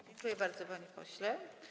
Dziękuję bardzo, panie pośle.